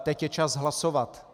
Teď je čas hlasovat.